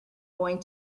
going